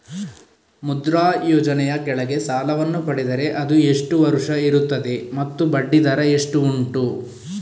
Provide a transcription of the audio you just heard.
ಮುದ್ರಾ ಯೋಜನೆ ಯ ಕೆಳಗೆ ಸಾಲ ವನ್ನು ಪಡೆದರೆ ಅದು ಎಷ್ಟು ವರುಷ ಇರುತ್ತದೆ ಮತ್ತು ಬಡ್ಡಿ ದರ ಎಷ್ಟು ಉಂಟು?